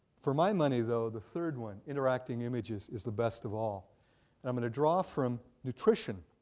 for my money though, the third one, interacting images is the best of all. and i'm gonna draw from nutrition.